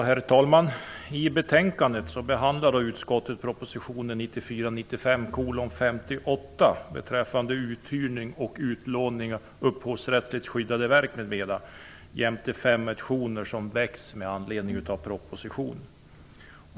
Herr talman! I betänkandet behandlar utskottet proposition 1994/95:58 om uthyrning och utlåning av upphovsrättsligt skyddade verk m.m. jämte fem motioner som väckts med anledning av propositionen.